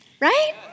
Right